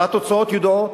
והתוצאות ידועות,